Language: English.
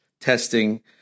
testing